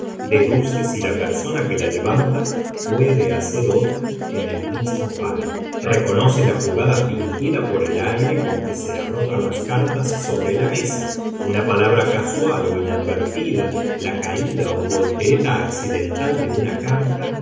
deduce si la persona que la levanta puede hacer otra en el mismo palo reconoce la jugada fingida por el aire con que se arrojan las cartas sobre la mesa una palabra casual o inadvertida la caída o voltereta accidental de una carta